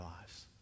lives